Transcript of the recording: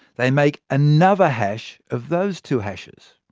they make another hash of those two hashes.